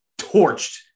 torched